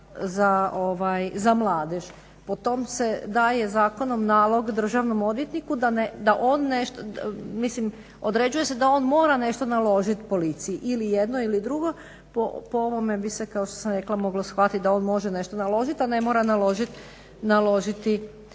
za mladež." Po tom se daje zakonom nalog državnom odvjetniku da on nešto, određuje se da on nešto mora naložit policiji, ili jedno ili drugo, po ovome bi se kao što sam rekla, moglo shvatit da on može nešto naložit, a ne mora naložiti